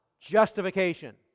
justification